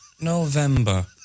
November